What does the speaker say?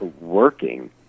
working